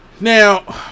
now